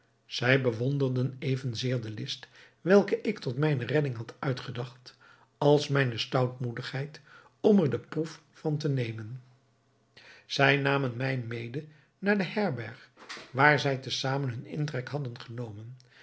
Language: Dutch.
zij bewonderden evenzeer de list welke ik tot mijne redding had uitgedacht als mijne stoutmoedigheid om er de proef van te nemen zij namen mij mede naar de herberg waar zij te zamen hun intrek hadden genomen